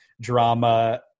drama